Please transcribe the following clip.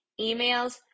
emails